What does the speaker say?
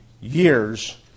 years